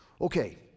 Okay